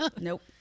Nope